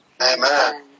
Amen